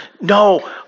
No